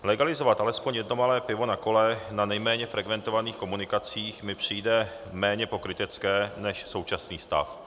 Legalizovat alespoň jedno malé pivo na kole na nejméně frekventovaných komunikacích mi přijde méně pokrytecké než současný stav.